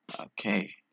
Okay